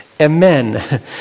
amen